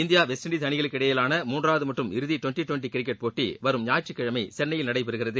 India West Indies அணிகளுக்கு இடையேயான மூன்றாவது மற்றும் இறுதி டுவெண்டி டுவெண்டி கிரிக்கெட் போட்டி வரும் ஞாயிற்றுக்கிழமை சென்னையில் நடைபெறுகிறது